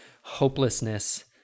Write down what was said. hopelessness